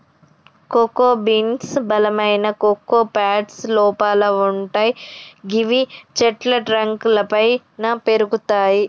cocoa beans బలమైన cocoa pods లోపల వుంటయ్ గివి చెట్ల ట్రంక్ లపైన పెరుగుతయి